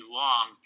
long